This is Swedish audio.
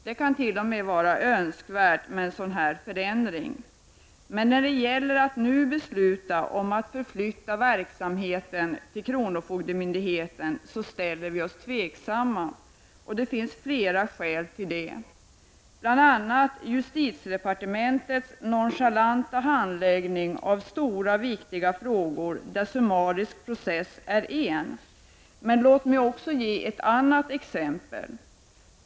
Det kan t.o.m. vara önskvärt med en sådan här förändring. Men när det gäller att nu besluta om att förflytta verksamheten till kronofogdemyndigheten ställer vi oss tveksamma. Det finns flera skäl till det. Ett skäl är justitiedepartementets nonchalanta handläggning av stora viktiga frågor, av vilka summarisk process är en. Men låt mig också ge ett annat exempel.